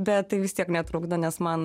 bet tai vis tiek netrukdo nes man